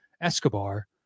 Escobar